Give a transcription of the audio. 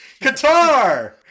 Qatar